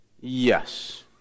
Yes